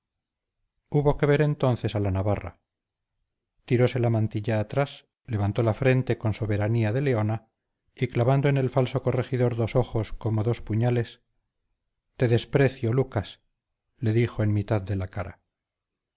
hubo que ver entonces a la navarra tiróse la mantilla atrás levantó la frente con soberanía de leona y clavando en el falso corregidor dos ojos como dos puñales te desprecio lucas le dijo en mitad de la cara